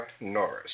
Norris